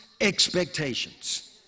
expectations